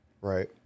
Right